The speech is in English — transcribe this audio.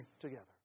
together